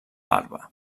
barba